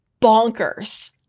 bonkers